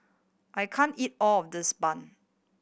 I can't eat all of this bun